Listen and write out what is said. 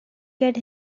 get